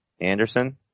Anderson